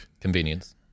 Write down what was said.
Convenience